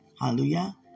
Hallelujah